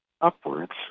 upwards